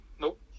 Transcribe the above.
Nope